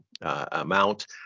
amount